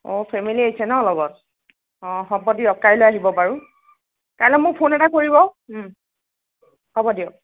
অ family আহিছে ন' লগত অ হ'ব দিয়ক কাইলৈ আহিব বাৰু কাইলৈ মোক ফোন এটা কৰিব হ'ব দিয়ক